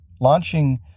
launching